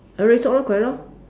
oh red sock lor correct lor